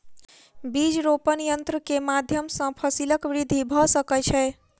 बीज रोपण यन्त्र के माध्यम सॅ फसीलक वृद्धि भ सकै छै